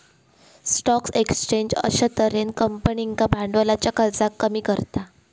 stock exchange अश्या तर्हेन कंपनींका भांडवलाच्या खर्चाक कमी करता